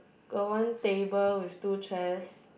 got one table with two chairs